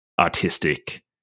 artistic